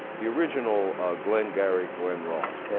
the original glengarry glen ross. yeah